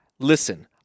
Listen